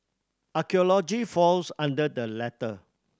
archaeology falls under the latter